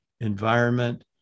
environment